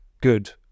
good